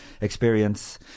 experience